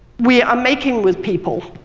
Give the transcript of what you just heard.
we are making with people.